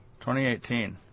2018